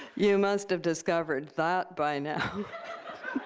you must have discovered that by now